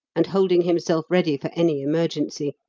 and holding himself ready for any emergency,